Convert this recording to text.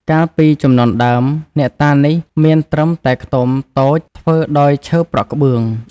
កាលពីជំនាន់ដើម អ្នកតានេះមានត្រឹមតែខ្ទមតូច ធ្វើដោយឈើប្រក់ក្បឿង ។